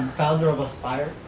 founder of aspire.